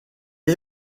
est